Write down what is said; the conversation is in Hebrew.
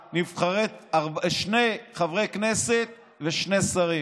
שני חברי כנסת ושני שרים.